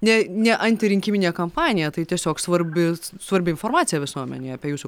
ne ne antirinkiminė kampanija tai tiesiog svarbi svarbi informacija visuomenei apie jūsų